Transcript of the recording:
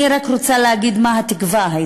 אני רק רוצה להגיד מה הייתה התקווה.